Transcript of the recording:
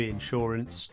Insurance